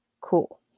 cool